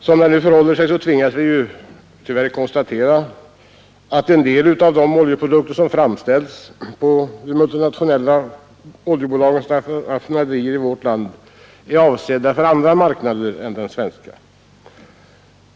Som det nu förhåller sig tvingas vi tyvärr konstatera att en del av de oljeprodukter som framställs vid de multinationella oljebolagens raffinaderier i vårt land är avsedda för andra marknader än den svenska.